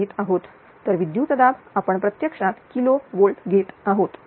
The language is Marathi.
तर विद्युतदाब आपण प्रत्यक्षात किलो वोल्ट घेत आहोत